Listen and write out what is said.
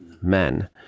men